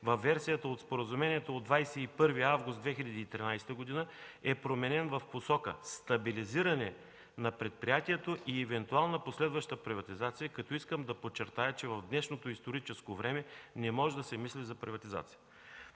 във версията от споразумението от 21 август 2013 г., е променен в посока стабилизиране на предприятието и евентуално последваща приватизация като искам да подчертая, че в днешното историческо време не може да се мисли за приватизация.